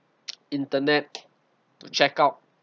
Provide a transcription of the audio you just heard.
internet to check out